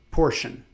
portion